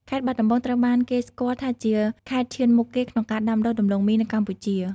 ខេត្តបាត់ដំបង ត្រូវបានគេស្គាល់ថាជាខេត្តឈានមុខគេក្នុងការដាំដុះដំឡូងមីនៅកម្ពុជា។